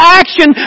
action